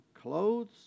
clothes